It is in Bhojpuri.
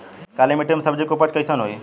काली मिट्टी में सब्जी के उपज कइसन होई?